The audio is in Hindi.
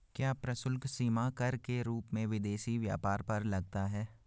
क्या प्रशुल्क सीमा कर के रूप में विदेशी व्यापार पर लगता है?